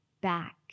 back